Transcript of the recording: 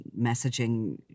messaging